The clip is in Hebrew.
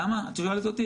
למה את שואלת אותי?